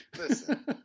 Listen